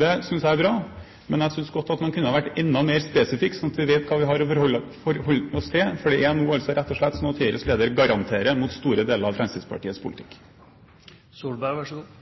Det synes jeg er bra, men jeg synes godt man kunne vært enda mer spesifikk, slik at vi vet hva vi har å forholde oss til. Det er nå altså rett og slett slik at Høyres leder nå garanterer mot store deler av